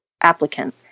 applicant